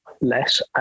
less